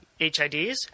HIDs